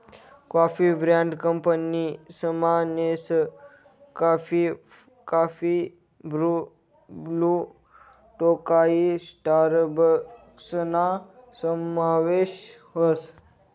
coffee brand कंपनीसमा Nescafe, coffee Bru, Blue Tokai स्टारबक्सना समावेश व्हस